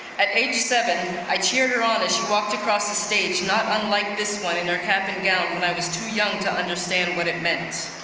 at age seven i cheered her on as she walked across the stage, not unlike this one in her cap and gown when i was too young to understand what it meant.